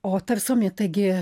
o ta visuomenė taigi